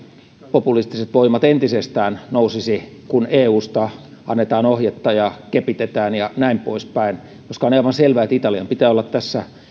populistiset voimat entisestään nousisi kun eusta annetaan ohjetta ja kepitetään ja näin poispäin koska on on aivan selvää että italian pitää olla tässä